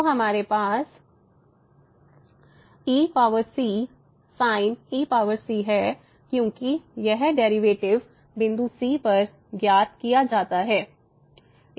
तो हमारे पास ec sin ec है क्योंकि यह डेरिवेटिव बिंदु c पर ज्ञात किया जाना है